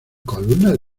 columnas